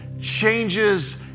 changes